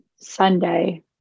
sunday